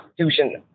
Constitution